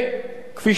כפי שאמרתי,